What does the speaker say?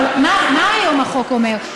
אבל מה היום החוק אומר?